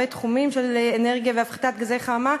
תחומים של אנרגיה והפחתת גזי חממה,